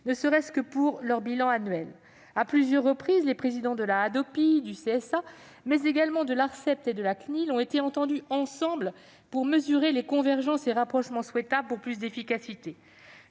ne serait-ce qu'à l'occasion de leur bilan annuel. À plusieurs reprises, les présidents de la Hadopi et du CSA, mais également de l'Arcep et de la CNIL ont été entendus ensemble afin que nous puissions mesurer les convergences et rapprochements souhaitables pour plus d'efficacité.